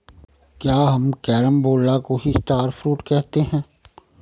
क्या हम कैरम्बोला को ही स्टार फ्रूट कहते हैं?